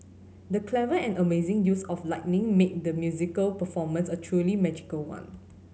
the clever and amazing use of lighting made the musical performance a truly magical one